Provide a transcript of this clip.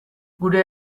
gure